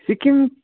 Sikkim